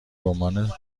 رمان